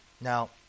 Now